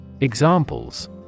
Examples